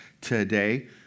today